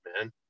man